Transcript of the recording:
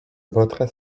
voterai